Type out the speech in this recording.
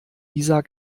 isar